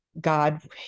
God